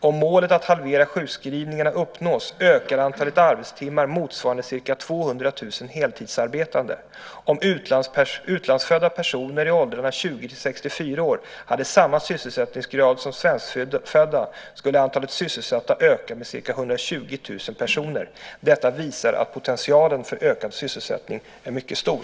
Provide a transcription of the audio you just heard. Om målet att halvera sjukskrivningarna uppnås ökar antalet arbetstimmar motsvarande ca 200 000 heltidsarbetande. Om utlandsfödda personer i åldrarna 20-64 år hade samma sysselsättningsgrad som svenskfödda skulle antalet sysselsatta öka med ca 120 000 personer. Detta visar att potentialen för ökad sysselsättning är mycket stor.